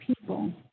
people